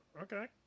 Okay